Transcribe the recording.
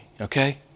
Okay